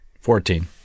Fourteen